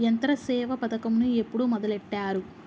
యంత్రసేవ పథకమును ఎప్పుడు మొదలెట్టారు?